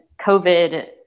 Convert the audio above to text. COVID